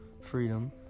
freedom